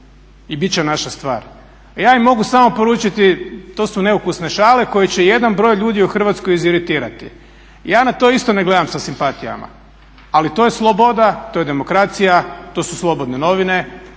i bit će naša stvar. A ja im mogu samo poručiti to su neukusne šale koje će jedan broj ljudi u Hrvatskoj iziritirati. Ja na to isto ne gledam sa simpatijama, ali to je sloboda, to je demokracija, to su slobodne novine.